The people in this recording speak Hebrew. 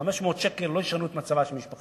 כי 500 שקל לא ישנו את מצבה של משפחה.